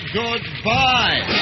goodbye